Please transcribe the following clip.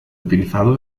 utilizado